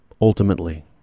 ultimately